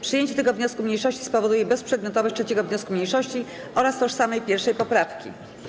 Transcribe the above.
Przyjęcie tego wniosku mniejszości spowoduje bezprzedmiotowość 3. wniosku mniejszości oraz tożsamej 1. poprawki.